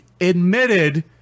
admitted